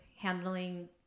handling